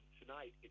tonight